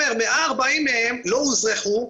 140 מהם לא אוזרחו.